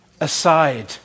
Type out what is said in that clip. aside